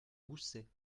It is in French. gousset